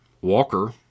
Walker